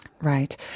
Right